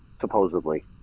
supposedly